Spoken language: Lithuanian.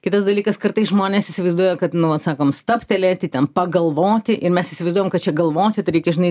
kitas dalykas kartais žmonės įsivaizduoja kad nu vat sakom stabtelėti ten pagalvoti ir mes įsivaizduojam kad čia galvoti tai reikia žinai